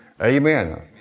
Amen